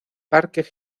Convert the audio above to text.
parque